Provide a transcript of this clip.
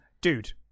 dude